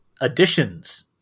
additions